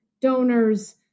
donors